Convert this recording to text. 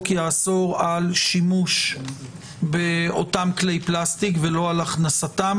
יאסור על שימוש באותם כלי פלסטיק ולא על הכנסתם.